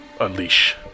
unleash